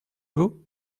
vous